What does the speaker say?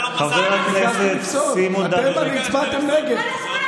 אתם הייתם נגד זה.